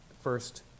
first